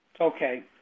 Okay